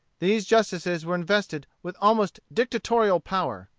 these justices were invested with almost dictatorial power.